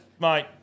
mate